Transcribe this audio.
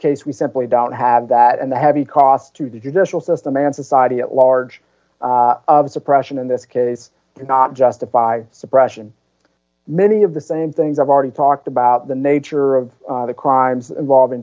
case we simply don't have that and the heavy cost to the judicial system and society at large suppression in this case cannot justify suppression many of the same things i've already talked about the nature of the crimes involv